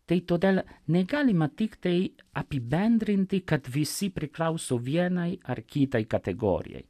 tai todėl negalima tiktai apibendrintai kad visi priklauso vienai ar kitai kategorijai